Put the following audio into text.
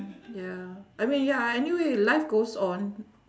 ya I mean ya anyway life goes on